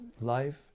life